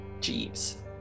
Jeeves